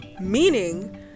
meaning